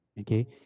okay